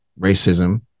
racism